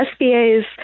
SBA's